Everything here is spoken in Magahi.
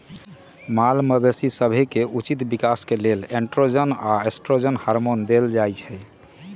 माल मवेशी सभके उचित विकास के लेल एंड्रोजन आऽ एस्ट्रोजन हार्मोन देल जाइ छइ